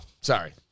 Sorry